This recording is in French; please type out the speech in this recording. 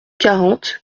quarante